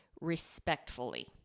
respectfully